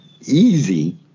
Easy